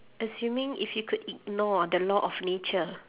assuming if you could ignore the law of nature